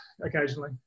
occasionally